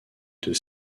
deux